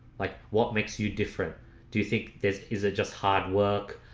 like what makes you different do you think this is a just hard work?